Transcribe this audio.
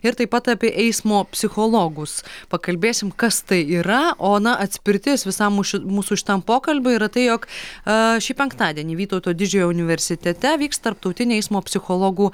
ir taip pat apie eismo psichologus pakalbėsim kas tai yra o na atspirtis visam mūsų šitam pokalbiui yra tai jog šį penktadienį vytauto didžiojo universitete vyks tarptautinė eismo psichologų